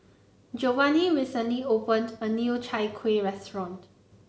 Giovanni recently opened a new Chai Kuih Restaurant